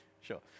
Sure